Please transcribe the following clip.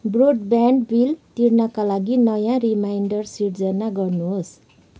broadband bill तिर्नाका लागि नयाँ रिमाइन्डर सिर्जना गर्नुहोस्